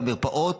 במרפאות,